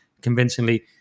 convincingly